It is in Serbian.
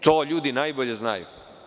To ljudi najbolje znaju.